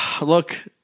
Look